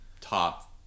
top